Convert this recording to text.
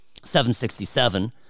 767